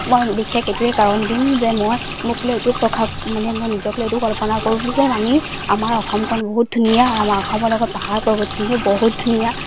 মই বিশেষ এইটোৱেই কাৰণ দিম যে মই মোক লৈ এইটো প্ৰসাক মানে মই নিজক লৈ এইটো কল্পনা কৰো যে আমি আমাৰ অসমখন বহুত ধুনীয়া আৰু আমাৰ অসমৰ লগত পাহাৰ পৰ্বতখিনিও বহুত ধুনীয়া